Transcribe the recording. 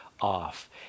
off